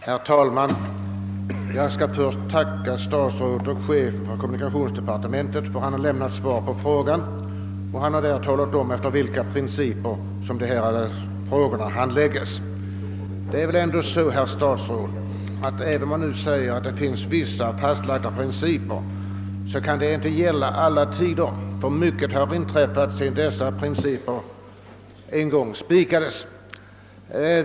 Herr talman! Jag skall först tacka statsrådet och chefen för kommunikationsdepartementet för att han lämnat svar på frågan och för att han talat om efter vilka principer dessa frågor handlägges. Även om man säger att det finns vissa fastlagda principer, herr statsråd, kan dessa inte gälla i alla tider, ty mycket har inträffat sedan principerna en gång spikades.